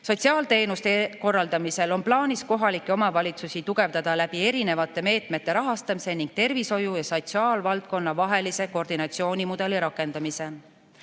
Sotsiaalteenuste korraldamisel on plaanis kohalikke omavalitsusi tugevdada läbi erinevate meetmete rahastamise ning tervishoiu ja sotsiaalvaldkonna vahelise koordinatsioonimudeli rakendamise.